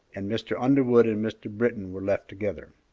and mr. underwood and mr. britton were left together.